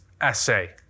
essay